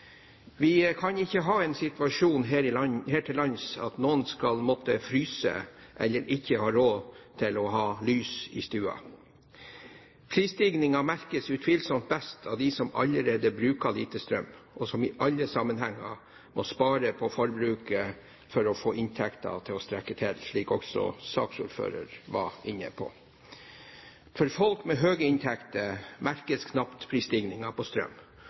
Vi kan ikke ha en sånn situasjon her til lands at noen skal måtte fryse, eller ikke ha råd til å ha lys i stua. Prisstigningen merkes utvilsomt best av dem som allerede bruker lite strøm, og som i alle sammenhenger må spare på forbruket for å få inntekten til å strekke til, slik også saksordføreren var inne på. For folk med høye inntekter merkes knapt prisstigningen på strøm,